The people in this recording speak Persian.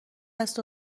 است